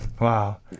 Wow